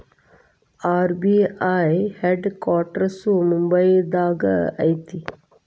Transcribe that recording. RBI headquarters ಮುಂಬೈದಾಗ ಐತಿ